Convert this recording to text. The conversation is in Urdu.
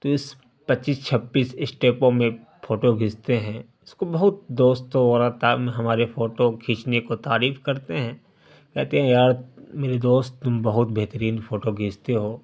تو اس پچیس چھبیس اسٹیپوں میں پھوٹو کھیچتے ہیں اس کو بہت دوستو اور ہمارے فوٹو کھینچنے کو تعریف کرتے ہیں کہتے ہیں یار میرے دوست تم بہت بہترین فوٹو کھیچتے ہو